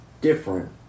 different